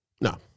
No